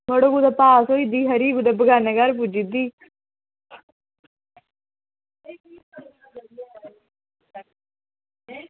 मड़ो कुदै पास होई जंदी ही ते कुदै बेगानें घर पुज्जी जंदी ही